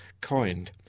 coined